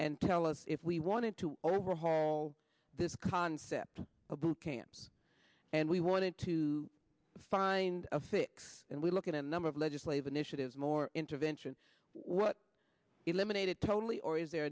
and tell us if we wanted to overhaul this concept of the camps and we wanted to find a fix and we look at a number of legislative initiatives more intervention what eliminated totally or is there